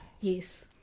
Yes